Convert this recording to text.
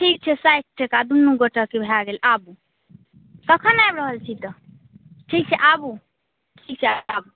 ठीक छै साठि टका दुनू गोटाके भए गेल आबु कखन आबि रहल छी तऽ ठीक छै आबु ठीक छै आबु